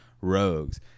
rogues